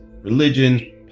religion